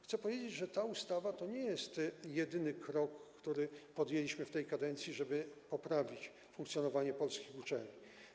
Chcę powiedzieć, że ta ustawa to nie jest jedyny krok, który podjęliśmy w tej kadencji, żeby poprawić funkcjonowanie polskich uczelni.